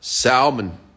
Salmon